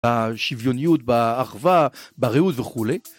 בשוויוניות, באחווה, ברעות וכולי.